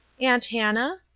aunt hannah?